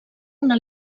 una